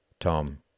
Tom